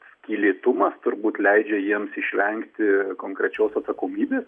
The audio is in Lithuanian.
skylėtumas turbūt leidžia jiems išvengti konkrečios atsakomybė